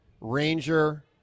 Ranger